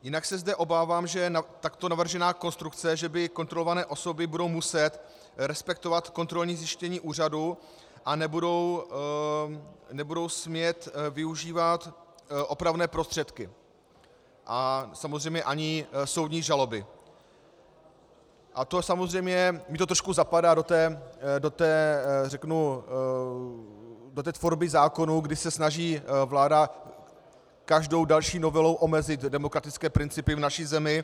Jinak se zde obávám, že takto navržená konstrukce, že kontrolované osoby budou muset respektovat kontrolní zjištění úřadu a nebudou smět využívat opravné prostředky a samozřejmě ani soudní žaloby a to mi samozřejmě trošku zapadá do té, řeknu, tvorby zákonů, když se snaží vláda každou další novelou omezit demokratické principy v naší zemi.